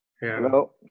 Hello